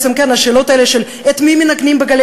השאלות האלה של את מי משמיעים ב"גלי